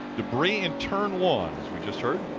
debris in turn one as we just heard.